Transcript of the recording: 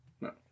no